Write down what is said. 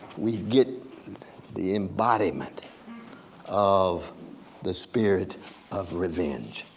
we get the embodiment of the spirit of revenge.